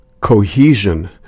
cohesion